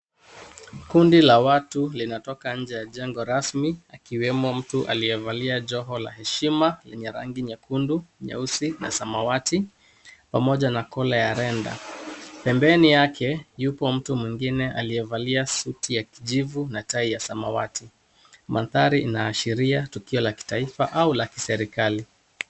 Kundi la watu linatoka nje ya jengo rasmi akiwemo mtu aliyevalia joho la heshima lenye rangi nyekundu, nyeusi na samawati pamoja na kola ya renda . Pembeni yake yupo mtu mwingine aliyevalia suti ya kijivu na tai ya samawati. Mandhari inaashiria tukio la kitaifa au la kiserikali.